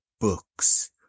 books